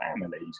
families